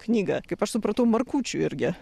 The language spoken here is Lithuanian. knygą kaip aš supratau markučių irgi